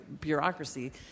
bureaucracy